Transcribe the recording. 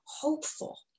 hopeful